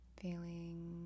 Feeling